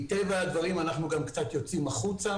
מטבע הדברים אנחנו גם קצת יוצאים החוצה,